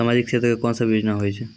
समाजिक क्षेत्र के कोन सब योजना होय छै?